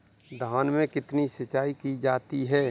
धान में कितनी सिंचाई की जाती है?